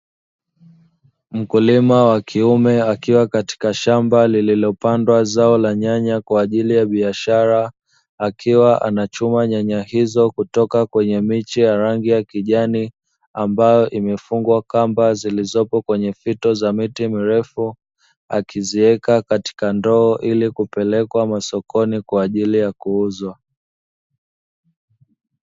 Mkulima wa kiume akiwa katika shamba lililopandwa zao la nyanya kwa ajili ya biashara, akiwa anachuma nyanya hizo kutoka kwenye miche rangi ya kijani ambayo imefungwa kamba zilizopo kwenye fito za miti mirefu. Akiziweka katika ndoo ili kuzipeleka sokoni kwa ajili ya kuuzwa.